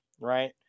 right